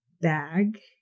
bag